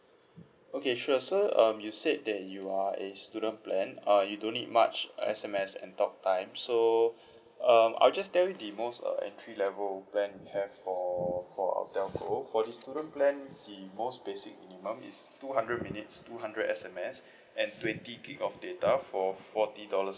okay sure so um you said that you are a student plan uh you don't need much uh S_M_S and talk time so um I'll just tell the most uh entry level plan we have for for our telco for the student plan the most basic minimum is two hundred minutes two hundred S_M_S and twenty gig of data for forty dollars